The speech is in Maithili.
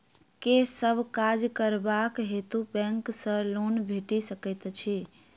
केँ सब काज करबाक हेतु बैंक सँ लोन भेटि सकैत अछि?